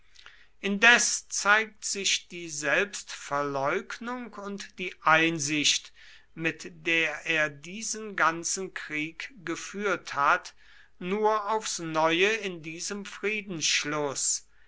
indes zeigt sich die selbstverleugnung und die einsicht mit der er diesen ganzen krieg geführt hat nur aufs neue in diesem friedensschluß